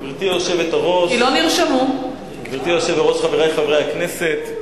גברתי היושבת בראש, חברי חברי הכנסת,